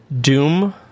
Doom